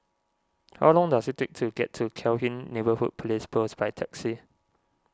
how long does it take to get to Cairnhill Neighbourhood Police Post by taxi